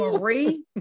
Marie